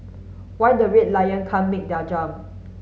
why the Red Lion can't make their jump